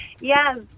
Yes